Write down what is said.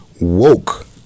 Woke